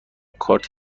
کارت